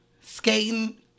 skating